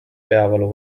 peavalu